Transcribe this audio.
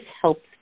helps